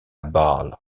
bâle